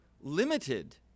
limited